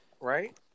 right